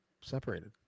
separated